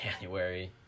january